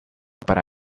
para